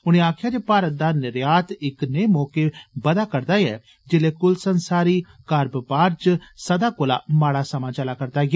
उनें आक्खेआ जे भारत दा निर्यात इक नेह मौके बदारदा ऐ जेल्लै कुलसंसारी कार बपार च सदा कोला माड़ा समा चला'रदा ऐ